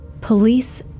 Police